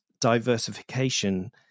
diversification